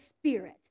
spirit